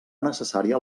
necessària